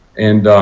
and